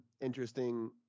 interesting